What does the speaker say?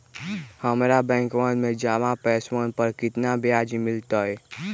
हम्मरा बैंकवा में जमा पैसवन पर कितना ब्याज मिलतय?